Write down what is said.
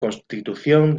constitución